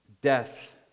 Death